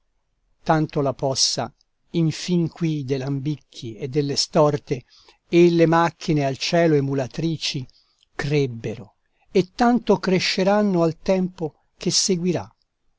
tanto la possa infin qui de lambicchi e delle storte e le macchine al cielo emulatrici crebbero e tanto cresceranno al tempo che seguirà